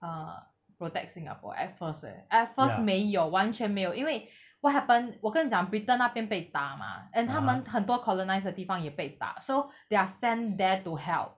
err protect singapore at first at first 没有完全没有因为 what happen 我跟你讲 britain 那边被打吗 and 他们很多 colonise 的地方也被打 so they're sent there to help